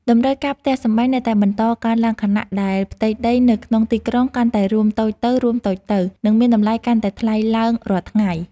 តម្រូវការផ្ទះសម្បែងនៅតែបន្តកើនឡើងខណៈដែលផ្ទៃដីនៅក្នុងទីក្រុងកាន់តែរួមតូចទៅៗ និងមានតម្លៃកាន់តែថ្លៃឡើងរាល់ថ្ងៃ។